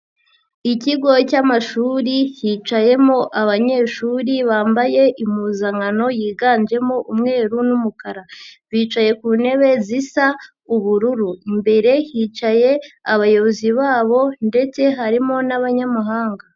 Ikigo cyamashuri hicayemo abanyeshuri bambaye impuzankano yiganjemo umweru n'umukara. Bicaye ku ntebe zisa ubururu. Imbere hicaye abayobozi babo ndetse harimo n'abanyamahanga.